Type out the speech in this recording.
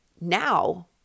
now